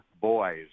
boys